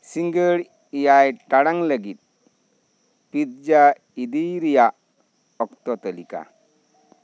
ᱥᱤᱸᱜᱟᱹᱲ ᱮᱭᱟᱭ ᱴᱟᱲᱟᱝ ᱞᱟᱜᱤᱫ ᱯᱤᱡᱽᱡᱟ ᱤᱫᱤᱭ ᱨᱮᱭᱟᱜ ᱚᱠᱛᱚ ᱛᱟᱞᱤᱠᱟ